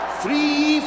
three